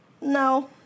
no